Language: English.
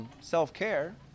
self-care